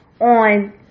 on